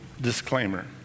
disclaimer